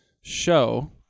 show